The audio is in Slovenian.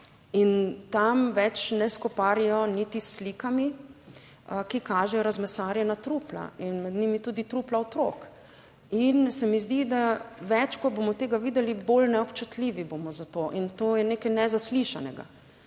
in tam več ne skoparijo niti s slikami, ki kažejo razmesarjena trupla in med njimi tudi trupla otrok. In se mi zdi, da več ko bomo tega videli, bolj neobčutljivi bomo za to in to je nekaj nezaslišanega.